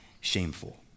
shameful